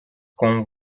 com